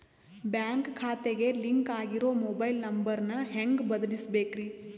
Bank ಖಾತೆಗೆ link ಆಗಿರೋ mobile number ನ ಹೆಂಗ್ ಬದಲಿಸಬೇಕ್ರಿ?